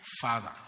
Father